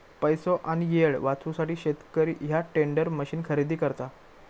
पैसो आणि येळ वाचवूसाठी शेतकरी ह्या टेंडर मशीन खरेदी करता